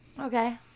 Okay